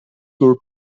were